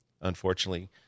unfortunately